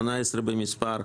18 במספר,